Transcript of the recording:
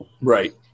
Right